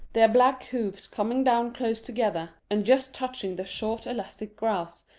their black hoofs coming down close together and just touching the short elastic grass,